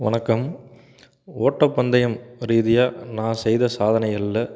வணக்கம் ஓட்டப்பந்தயம் ரீதியாக நான் செய்த சாதனைகள்ல